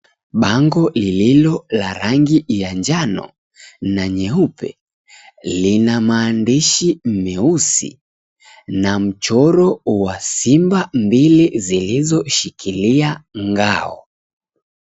Bango, lililo la rangi ya njano na nyeupe, lina maandishi meusi na mchoro wa simba mbili, zilizoshikilia ngao.